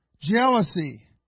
jealousy